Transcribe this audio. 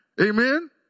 amen